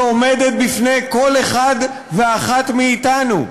שעומדת בפני כל אחד ואחת מאתנו: